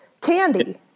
Candy